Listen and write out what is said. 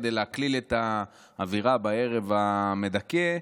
כדי להקליל את האווירה בערב המדכא,